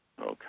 Okay